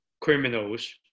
criminals